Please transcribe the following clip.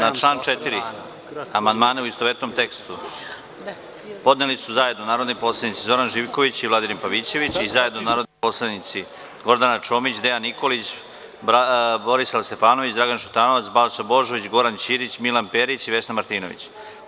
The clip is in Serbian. Na član 4. amandmane u istovetnom tekstu podneli su zajedno narodni poslanici Zoran Živković i Vladimir Pavićević i zajednonarodni poslanici Gordana Čomić, Dejan Nikolić, Borislav Stefanović, Dragan Šutanovac, Balša Božović, Goran Ćirić, Milan Perić i Vesna Martinović.